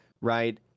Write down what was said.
right